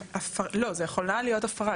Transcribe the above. לא, זו יכולה להיות הפרה.